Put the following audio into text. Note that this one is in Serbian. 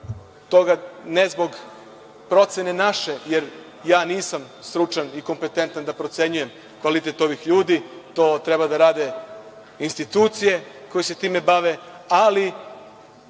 ne zbog procene naše, jer ja nisam stručan i kompetentan da procenjujem kvalitet ovih ljudi, to treba da rade institucije koje se time bave, ali